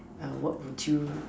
what would you